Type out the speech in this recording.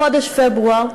בחודש פברואר,